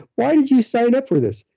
why did you sign up for this?